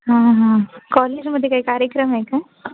हां हां कॉलेजमध्ये काही कार्यक्रम आहे का